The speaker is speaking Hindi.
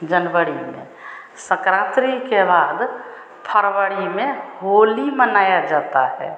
जनवरी में सन्क्रान्ति के बाद फरवरी में होली मनाई जाती है